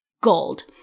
gold